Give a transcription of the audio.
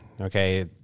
Okay